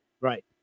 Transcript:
Right